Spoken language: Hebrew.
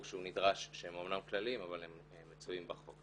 שהוא נדרש שהם אמנם כלליים אבל הם מצויים בחוק.